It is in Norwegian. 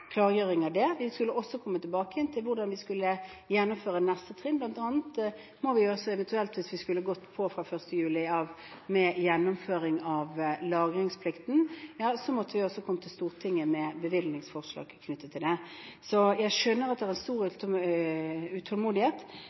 klargjøring av det. Vi skulle også komme tilbake til hvordan vi skulle gjennomføre neste trinn, bl.a. Hvis vi skulle gjennomført lagringsplikten fra 1. juli, måtte vi også ha kommet til Stortinget med bevilgningsforslag knyttet til det. Jeg skjønner at det er stor utålmodighet,